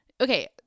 okay